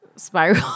spiral